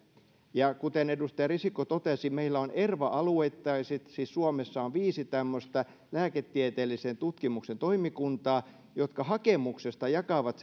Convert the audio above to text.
ja kuten edustaja risikko totesi meillä on erva alueittaiset siis suomessa on viisi tämmöistä lääketieteellisen tutkimuksen toimikunnat jotka hakemuksesta jakavat